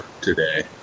today